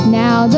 now